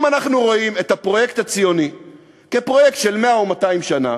אם אנחנו רואים את הפרויקט הציוני כפרויקט של 100 או 200 שנה,